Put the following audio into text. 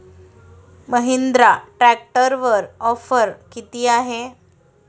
महिंद्रा ट्रॅक्टरवर ऑफर किती आहे?